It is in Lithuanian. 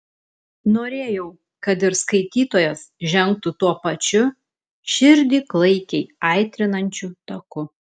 norėjau kad ir skaitytojas žengtų tuo pačiu širdį klaikiai aitrinančiu taku